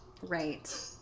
Right